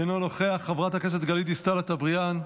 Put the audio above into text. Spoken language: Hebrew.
אינו נוכח, חברת הכנסת גלית דיסטל אטבריאן,